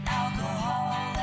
alcohol